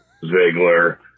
Ziegler